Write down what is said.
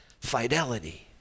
fidelity